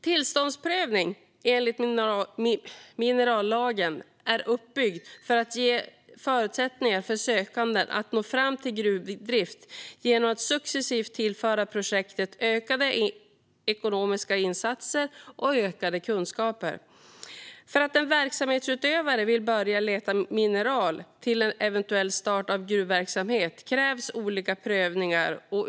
Tillståndsprövning enligt minerallagen är uppbyggd för att ge förutsättningar för sökande att nå fram till gruvdrift genom att successivt tillföra projektet ökade ekonomiska insatser och ökade kunskaper. Från det att en verksamhetsutövare vill börja leta mineral till en eventuell start av gruvverksamhet krävs olika prövningar.